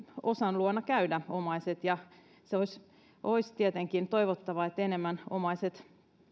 osan luona käydä omaiset se olisi olisi tietenkin toivottavaa että omaiset